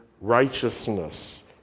righteousness